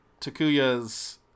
Takuya's